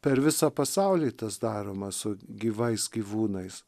per visą pasaulį tas daroma su gyvais gyvūnais